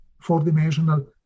four-dimensional